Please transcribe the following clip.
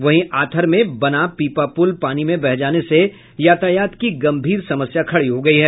वहीं आथर में बना पीपा पुल पानी में बह जाने से यातायात की गंभीर समस्या खड़ी हो गयी है